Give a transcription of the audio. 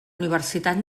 universitat